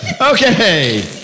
Okay